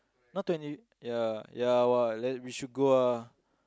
not twenty ya ya !wah! let we should go ah